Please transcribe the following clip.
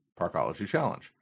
ParkologyChallenge